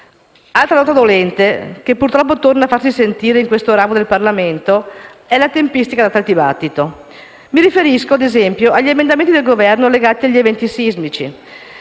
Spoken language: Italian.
Altra nota dolente, che purtroppo torna a farsi sentire in questo ramo del Parlamento, è la tempistica data al dibattito. Mi riferisco, ad esempio, agli emendamenti del Governo legati agli eventi sismici,